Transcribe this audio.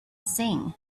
sing